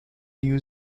new